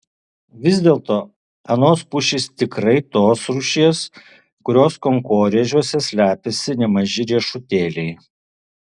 vis dėlto anos pušys tikrai tos rūšies kurios kankorėžiuose slepiasi nemaži riešutėliai